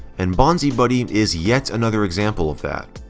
and bonzibuddy is yet another example of that.